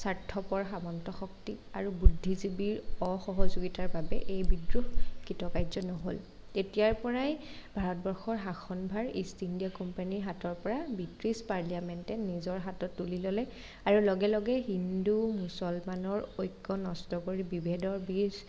স্বাৰ্থপৰ সামন্ত শক্তি আৰু বুদ্ধিজীৱি্ৰ অসহযোগিতাৰ বাবে এই বিদ্ৰোহ কৃতকাৰ্য নহ'ল তেতিয়াৰ পৰাই ভাৰতবৰ্ষৰ শাসনভাৰ ইষ্ট ইণ্ডিয়া কোম্পানীৰ হাতৰ পৰা ব্ৰিটিছ পাৰ্লিয়ামেণ্টে নিজৰ হাতত তুলি ল'লে আৰু লগে লগে হিন্দু মুছলমানৰ ঐক্য নষ্ট কৰি বিভেদৰ বীজ